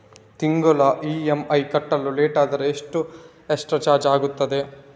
ತಿಂಗಳ ಇ.ಎಂ.ಐ ಕಟ್ಟಲು ಲೇಟಾದರೆ ಎಷ್ಟು ಎಕ್ಸ್ಟ್ರಾ ಚಾರ್ಜ್ ಆಗುತ್ತದೆ?